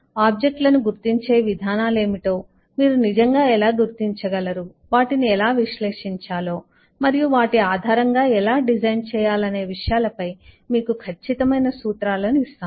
object లను గుర్తించే విధానాలు ఏమిటో మీరు నిజంగా ఎలా గుర్తించగలరు వాటిని ఎలా విశ్లేషించా లో మరియు వాటి ఆధారంగా ఎలా డిజైన్ చేయాలనే విషయాలపై మీకు ఖచ్చితమైన సూత్రాలను ఇస్తాము